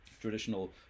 traditional